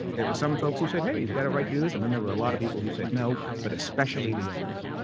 there were some folks who said, hey, he's got a right to do this. and then there were a lot of people who said no, but especially the owners.